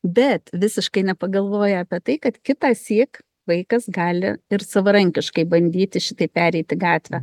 bet visiškai nepagalvoja apie tai kad kitąsyk vaikas gali ir savarankiškai bandyti šitaip pereiti gatvę